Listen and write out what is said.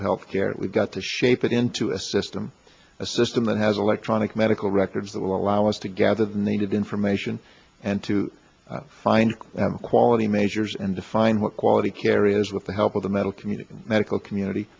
of health care we've got to shape it into a system a system that has electronic medical records that will allow us to gather the needed information and to find quality measures and define what quality care is with the help of the metal community medical community